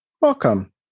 Welcome